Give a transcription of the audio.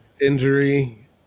injury